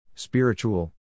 Spiritual